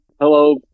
hello